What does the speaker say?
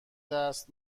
دست